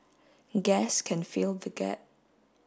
gas can fill the gap